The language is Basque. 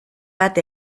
bat